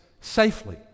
safely